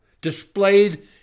displayed